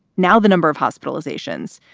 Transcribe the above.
now, the number of hospitalizations,